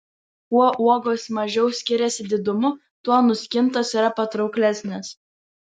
kuo uogos mažiau skiriasi didumu tuo nuskintos yra patrauklesnės